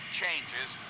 changes